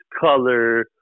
color